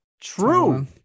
true